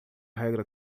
regra